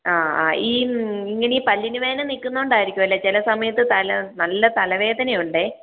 ആ ആ ഈ ഇങ്ങനെ പല്ലിന് വേദന നിക്കുന്നോണ്ടായിരിക്കും അല്ലേൽ ചില സമയത്ത് തല നല്ല തലവേദന ഉണ്ട്